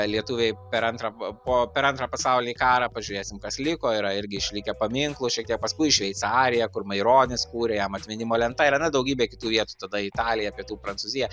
lietuviai per antrą po per antrą pasaulinį karą pažiūrėsim kas liko yra irgi išlikę paminklų šiek tiek paskui į šveicariją kur maironis kūrė jam atminimo lenta yra na daugybė kitų vietų tada italija pietų prancūzija